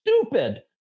stupid